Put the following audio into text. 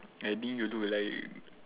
I think you do like